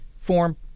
form